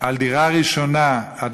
דירה ראשונה,